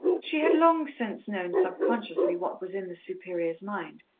she had long since known subconsciously what was in the superior's mind,